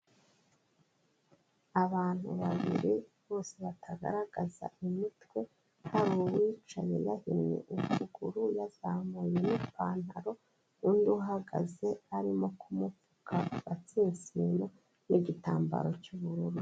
Abantu babiri bose batagaragaza imitwe, hari uwicanyi yahinnye ikuguru yazamuye ipantaro, undi uhagaze arimo kumupfuka agatsinsino n'igitambaro cy'ubururu.